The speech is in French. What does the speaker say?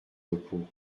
repos